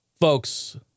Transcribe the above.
Folks